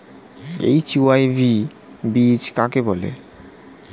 HYV বীজ কাকে বলে?